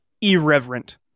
Irreverent